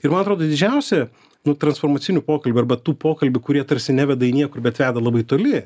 ir man atrodo didžiausia nuo transformacinių pokalbių arba tų pokalbių kurie tarsi neveda į niekur bet veda labai toli